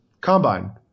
combine